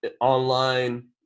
online